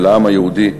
של העם היהודי.